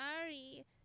sorry